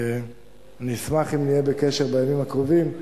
אני אשמח אם נהיה בקשר בימים הקרובים,